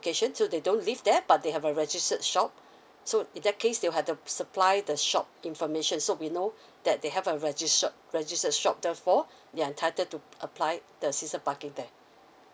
location so they don't live there but they have a registered shop so in that case they have to supply the shop information so we know that they have a registered shop registered shop therefore they are entitled to apply the season parking there